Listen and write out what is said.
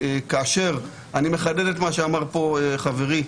כאשר אני מחדד את מה שאמר פה חברי,